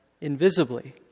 invisibly